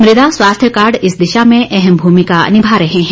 मृदा स्वास्थ्य कार्ड इस दिशा में अहम भूमिका निभा रहे हैं